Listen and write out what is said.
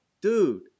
Dude